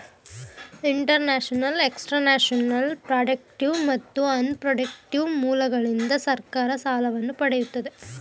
internal, external, productive ಮತ್ತು unprotective ಮೂಲಗಳಿಂದ ಸರ್ಕಾರ ಸಾಲವನ್ನು ಪಡೆಯುತ್ತದೆ